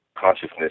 consciousness